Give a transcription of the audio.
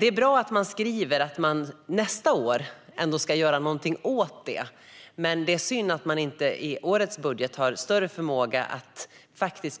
Det är bra att man skriver att man ska göra någonting åt dem nästa år, men det är synd att man i årets budget inte har större förmåga att faktiskt